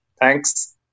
thanks